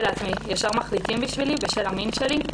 לעצמי: ישר מחליטים בשבילי בשל המין שלי?